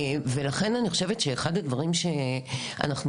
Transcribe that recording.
אני אתן